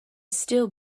still